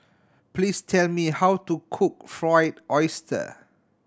please tell me how to cook Fried Oyster